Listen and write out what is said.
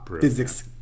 Physics